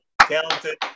talented